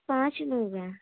پانچ لوگ ہیں